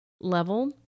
level